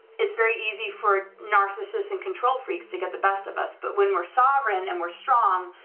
it's very easy for narcissistic and control freaks to get the best of us, but when we're sovereign and we're strong,